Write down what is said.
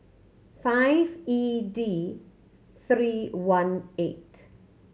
five E D three one eight